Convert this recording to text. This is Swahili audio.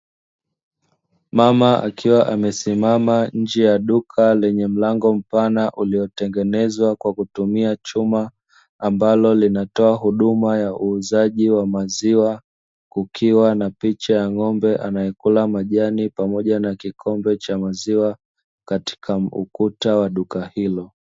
Mama akiwa amesimama nje ya duka; lenye mlango mpana uliotengenezwa kwa kutumia chuma, ambalo linatoa huduma ya uuzaji wa maziwa, kukiwa na picha ya ng'ombe anayekula majani pamoja na kikombe cha maziwa katika ukuta wa duka hilo.